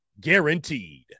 guaranteed